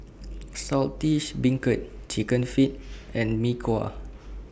Saltish Beancurd Chicken Feet and Mee Kuah